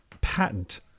patent